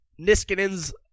Niskanen's